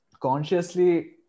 consciously